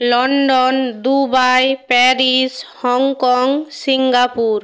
London Dubai Paris Hong Kong Singapore